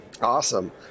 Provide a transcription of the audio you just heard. Awesome